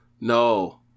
no